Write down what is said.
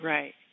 Right